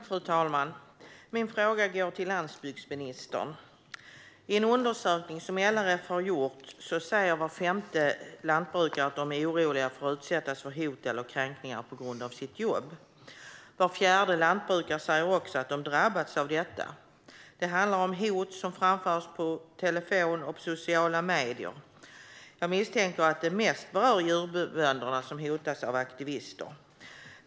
Fru talman! Min fråga går till landsbygdsministern. I en undersökning som LRF har gjort säger var femte lantbrukare att de är oroliga för att utsättas för hot eller kränkningar på grund av sitt jobb. Var fjärde lantbrukare säger också att de har drabbats av det. Det handlar om hot som framförs på telefon och i sociala medier. Jag misstänker att det mest berör djurbönder som hotas av aktivister.